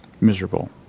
miserable